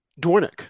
Dornick